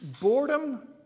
Boredom